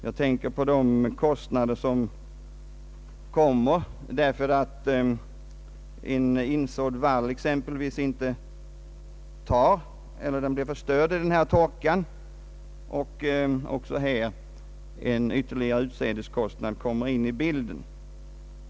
Jag tänker på de kostnader som uppstår därigenom att en vallinsådd exempelvis inte gror eller blir förstörd av torkan. Även i det fallet kommer en ytterligare utsädeskostnad in i bilden.